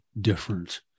different